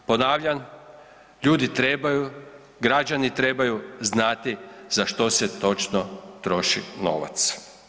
Ponavljam, ljudi trebaju, građani trebaju znati za što se točno troši novac.